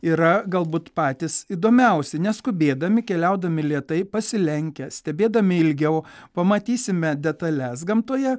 yra galbūt patys įdomiausi neskubėdami keliaudami lėtai pasilenkę stebėdami ilgiau pamatysime detales gamtoje